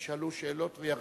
ישאלו שאלות וירחיבו.